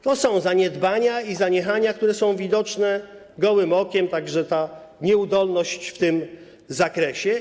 To są zaniedbania i zaniechania, które są widoczne gołym okiem, także ta nieudolność w tym zakresie.